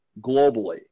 globally